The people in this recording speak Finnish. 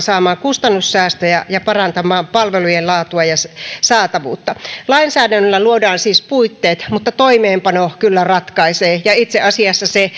saamaan kustannussäästöjä ja parantamaan palvelujen laatua ja saatavuutta lainsäädännöllä luodaan siis puitteet mutta toimeenpano kyllä ratkaisee ja itse asiassa se